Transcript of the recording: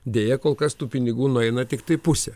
deja kol kas tų pinigų nueina tiktai pusė